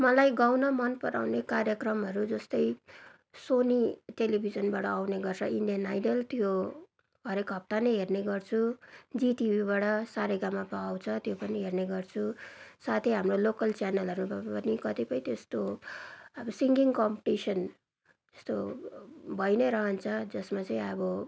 मलाई गाउन मन पराउने कार्यक्रमहरू जस्तै सोनी टेलिभिजनबाट आउने गर्छ इन्डियन आइडल त्यो हरेक हफ्ता नै हेर्ने गर्छु जी टिभीबाट सारेगामापा आउँछ त्यो पनि हेर्ने गर्छु साथै हाम्रो लोकल च्यानलहरूमा पनि कतिपय त्यस्तो अब सिङ्गगिङ कम्पनिटिसन त्यस्तो भई नै रहन्छ जसमा चाहिँ अब